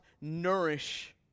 nourish